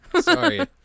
Sorry